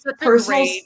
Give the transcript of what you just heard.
personal